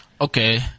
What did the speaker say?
Okay